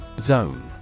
Zone